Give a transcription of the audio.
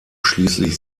schließlich